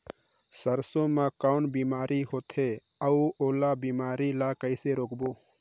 सरसो मा कौन बीमारी होथे अउ ओला बीमारी ला कइसे रोकबो?